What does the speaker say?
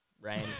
rain